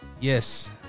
Yes